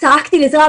צעקתי לעזרה.